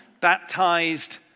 baptized